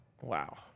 Wow